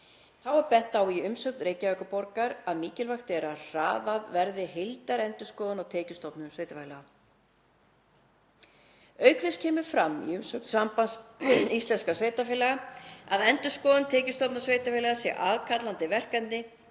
Þá er bent á í umsögn Reykjavíkurborgar að mikilvægt sé að hraðað verði heildarendurskoðun á tekjustofnum sveitarfélaga. Auk þess kemur fram í umsögn Sambands íslenskra sveitarfélaga að endurskoðun tekjustofna sveitarfélaga sé aðkallandi verkefni